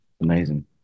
Amazing